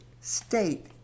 state